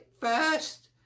first